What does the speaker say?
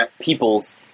People's